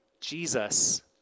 Jesus